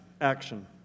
action